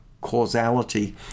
causality